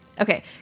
okay